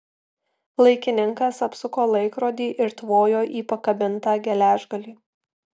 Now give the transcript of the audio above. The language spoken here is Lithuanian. laikininkas apsuko laikrodį ir tvojo į pakabintą geležgalį